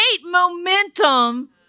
momentum